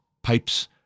Pipes